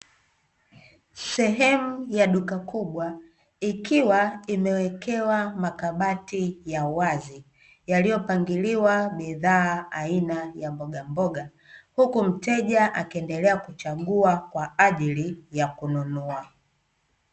Sehemu ya duka kubwa, ikiwa imewekewa makabati ya wazi, yaliyopangiliwa bidhaa aina ya mbogamboga huku mteja akiendelea kuchagua kwa ajili ya kununua.